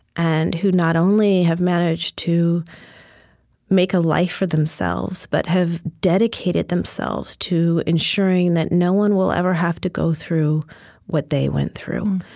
and who not only have managed to make a life for themselves, but have dedicated themselves to ensuring that no one will ever have to go through what they went through.